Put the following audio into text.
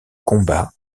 combat